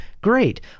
great